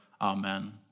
Amen